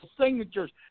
signatures